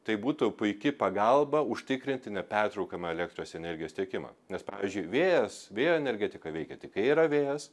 tai būtų puiki pagalba užtikrinti nepertraukiamą elektros energijos tiekimą nes pavyzdžiui vėjas vėjo energetika veikia tik kai yra vėjas